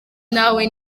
nawe